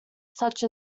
such